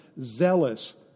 zealous